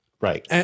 Right